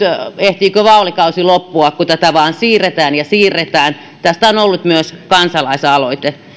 ehtiikö vaalikausi loppua kun tätä vain siirretään ja siirretään tästä on on ollut myös kansalaisaloite